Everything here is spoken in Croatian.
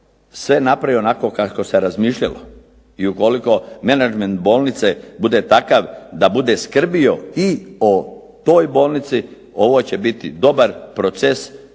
sve napravi onako kako se razmišljalo i ukoliko menadžment bolnice bude takav da bude skrbio i o toj bolnici ovo će biti dobar proces